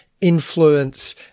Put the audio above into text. influence